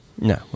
No